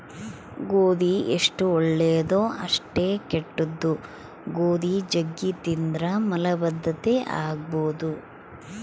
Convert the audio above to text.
ಗೋಧಿ ಎಷ್ಟು ಒಳ್ಳೆದೊ ಅಷ್ಟೇ ಕೆಟ್ದು, ಗೋಧಿ ಜಗ್ಗಿ ತಿಂದ್ರ ಮಲಬದ್ಧತೆ ಆಗಬೊದು